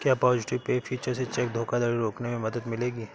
क्या positive pay feature से check धोखाधड़ी रोकने में मदद मिलेगी?